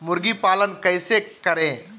मुर्गी पालन कैसे करें?